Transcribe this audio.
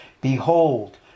Behold